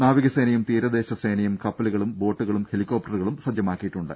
നാവികസേനയും തീരദേശ സേനയും കപ്പലുകളും ബോട്ടുകളും ഹെലികോപ്ടറുകളും സജ്ജമാക്കിയിട്ടുണ്ട്